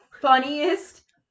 funniest